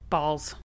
Balls